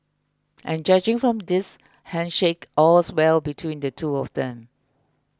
and judging from this handshake all's well between the two of them